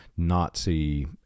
Nazi